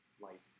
light